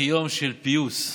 כיום של פיוס.